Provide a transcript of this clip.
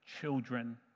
children